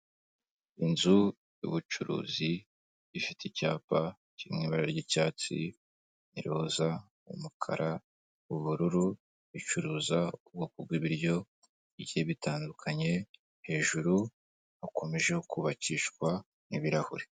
Inzu y'ubucuruzi ifite icyapa kiri mu ibara ry'icyatsi, iroza, umukara, ubururu, icuruza ubwoko bw'ibiryo bigiye bitandukanye, hejuru hakomeje kubakishwa n'ibirahure.